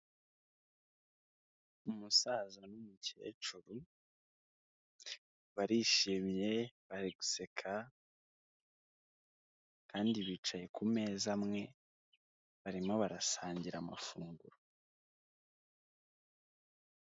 Umusaza n'umukecuru barishimye bari guseka, kandi bicaye ku meza amwe barimo barasangira amafunguro.